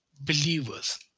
believers